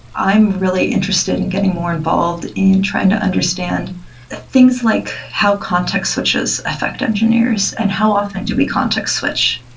i am really interested in getting more involved in trying to understand things like how context switches affect engineers and how often do we context switch,